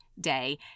day